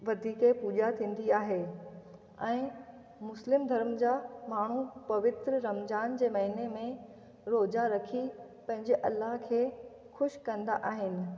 वधीक पूॼा थींदी आहे ऐं मुस्लिम धर्म जा माण्हू पवित्र रमज़ान जे महीने में रोज़ा रखी पंहिंजे अल्लाह खे ख़ुशि कंदा आहिनि